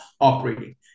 operating